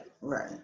right